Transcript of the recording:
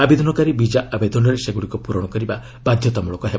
ଆବେଦନକାରୀ ବିଜା ଆବେଦନରେ ସେଗୁଡ଼ିକ ପୁରଣ କରିବା ବାଧ୍ୟତାମଳକ ହେବ